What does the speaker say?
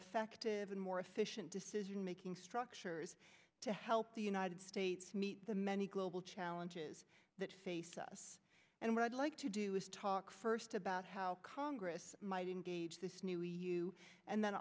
effective and more efficient decisionmaking structures to help the united states meet the many global challenges that face us and what i'd like to do is talk first about how congress might engage this new e u and then